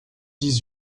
dix